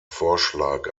vorschlag